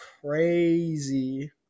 crazy